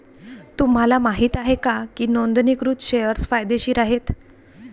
तुम्हाला माहित आहे का की नोंदणीकृत शेअर्स फायदेशीर आहेत?